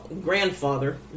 grandfather